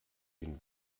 den